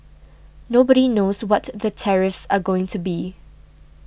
nobody knows what the tariffs are going to be